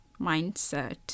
mindset